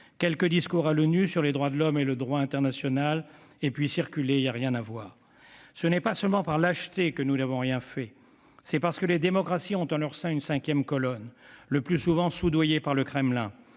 ont été prononcés à l'ONU sur les droits de l'homme et le droit international, et puis, circulez, il n'y a rien à voir ! Ce n'est pas seulement par lâcheté que nous n'avons rien fait. C'est parce que les démocraties ont en leur sein une cinquième colonne, le plus souvent soudoyée par le Kremlin,